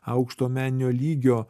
aukšto meninio lygio